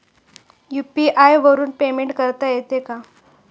UPI वरून payment करता येते का?